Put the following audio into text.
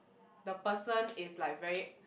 the person is like very